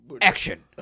Action